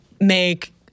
make